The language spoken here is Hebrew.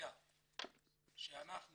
החוק